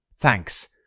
Thanks